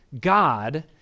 God